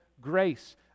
grace